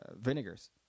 Vinegars